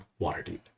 waterdeep